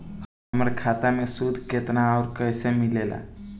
हमार खाता मे सूद केतना आउर कैसे मिलेला?